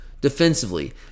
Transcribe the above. defensively